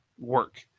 work